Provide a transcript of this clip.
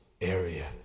area